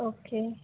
okay